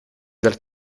del